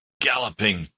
galloping